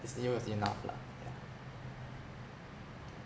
was enough lah yeah